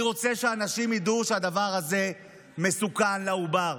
אני רוצה שאנשים ידעו שהדבר הזה מסוכן לעובר,